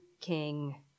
king